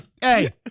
hey